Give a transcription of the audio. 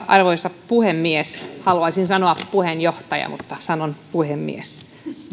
arvoisa puhemies haluaisin sanoa puheenjohtaja mutta sanon puhemies